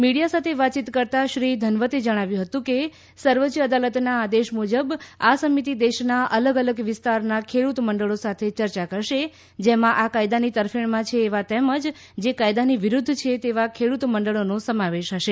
media સાથે વાતચીત કરતાં શ્રી ઘનવતે જણાવ્યું હતું કે સર્વોચ્ય અદાલતના આદેશ મુજબ આ સમિતિ દેશના અલગ અલગ વિસ્તારના ખેડૂત મંડળો સાથે ચર્ચા કરશે જેમાં આ કાયદાઓની તરફેણમાં છે એવા તેમજ જે કાયદાની વિરુદ્ધ છે તેવા ખેડત મંડળોનો સમાવેશ હશે